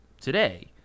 today